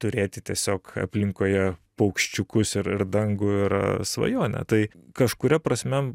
turėti tiesiog aplinkoje paukščiukus ir ir dangų yra svajonė tai kažkuria prasme